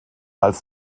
als